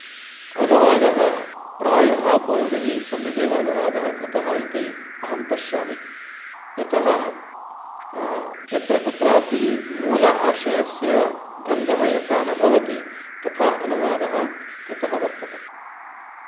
अनुवादः प्रायः बहुभिः सम्यगेव अनुवादः कृतः इति अहं पश्यापि यतः यत्र कुत्रापि मूल आशयस्य भङ्गः यथा न भवति तथा अनुवादः कृतः वर्तते